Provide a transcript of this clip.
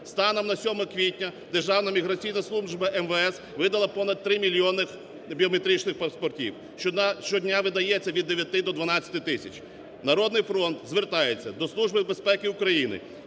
Станом на 7 квітня Державна міграційна служба МВС видала понад 3 мільйони біометричних паспортів, щодня видається від 9 до 12 тисяч. "Народний фронт" звертається до Служби безпеки України